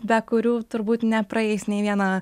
be kurių turbūt nepraeis nei viena